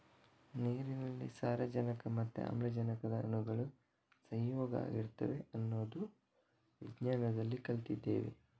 ನೀರಿನಲ್ಲಿ ಸಾರಜನಕ ಮತ್ತೆ ಆಮ್ಲಜನಕದ ಅಣುಗಳು ಸಂಯೋಗ ಆಗಿರ್ತವೆ ಅನ್ನೋದು ವಿಜ್ಞಾನದಲ್ಲಿ ಕಲ್ತಿದ್ದೇವೆ